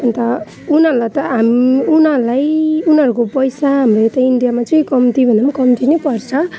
अन्त उनीहरूलाई त हाम उनीहरूलाई उनीहरूको पैसा हाम्रो यता इन्डियामा चाहिँ कम्ती भन्दा पनि कम्ती नै पर्छ